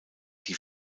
die